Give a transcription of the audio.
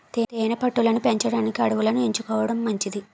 తేనె పట్టు లను పెంచడానికి అడవులను ఎంచుకోవడం మంచిది